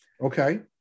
Okay